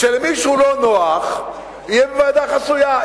כשלמישהו לא נוח, יש ועדה חסויה.